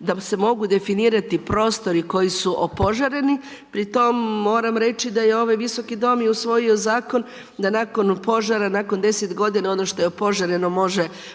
da se mogu definirati prostori koji su opožareni. Pri tome moram reći da je ovaj visoki dom i usvojio zakon da nakon požara, nakon 10 godina ono što je opožareno može postati